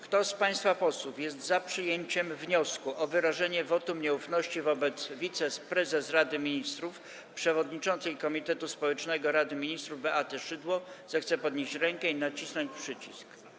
Kto z państwa posłów jest za przyjęciem wniosku o wyrażenie wotum nieufności wobec wiceprezes Rady Ministrów, przewodniczącej Komitetu Społecznego Rady Ministrów Beaty Szydło, zechce podnieść rękę i nacisnąć przycisk.